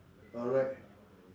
alright